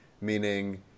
meaning